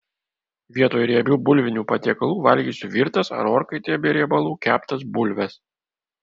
vietoj riebių bulvinių patiekalų valgysiu virtas ar orkaitėje be riebalų keptas bulves